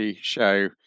show